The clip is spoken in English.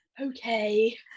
okay